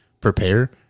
prepare